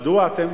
מדוע אתם